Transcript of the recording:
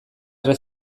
erre